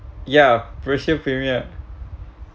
ya prushield premier